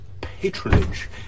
patronage